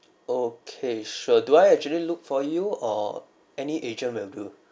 okay sure do I actually look for you or any agent will do